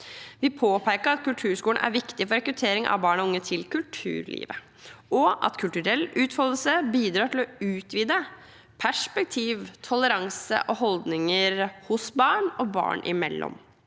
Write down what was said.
Vi påpekte at kulturskolene er viktige for rekruttering av barn og unge til kulturlivet, og at kulturell utfoldelse bidrar til å utvide perspektiv, toleranse og holdninger hos barn og barn imellom.